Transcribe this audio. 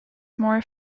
more